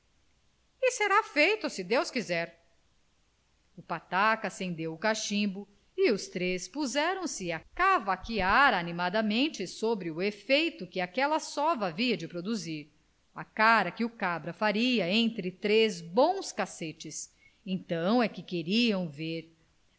será feito se deus quiser o pataca acendeu o cachimbo e os três puseram-se a cavaquear animadamente sobre o efeito que aquela sova havia de produzir a cara que o cabra faria entre três bons cacetes então é que queriam ver